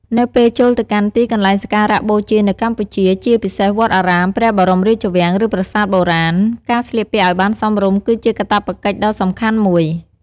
នៅពេលចូលទៅកាន់ទីកន្លែងសក្ការៈបូជានៅកម្ពុជា ជាពិសេស វត្តអារាម ព្រះបរមរាជវាំង ឬប្រាសាទបុរាណ ការស្លៀកពាក់ឲ្យបានសមរម្យ គឺជាកាតព្វកិច្ចដ៏សំខាន់មួយ។